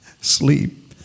sleep